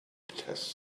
test